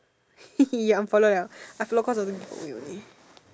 unfollow liao I follow cause of the give away only